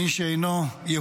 לא נתקבלה.